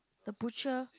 the butcher